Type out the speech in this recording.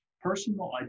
personal